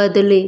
बदलें